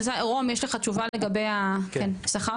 רום יש לך תשובה לגבי השכר?